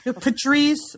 Patrice